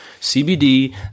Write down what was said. CBD